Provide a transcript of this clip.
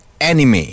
Anime